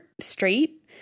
straight